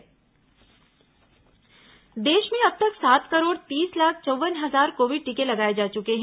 corona टीकाकरण देश में अब तक सात करोड़ तीस लाख चौव्वन हजार कोविड टीके लगाये जा चुके हैं